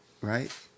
Right